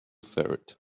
ferret